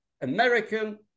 American